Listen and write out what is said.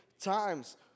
times